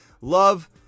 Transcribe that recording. love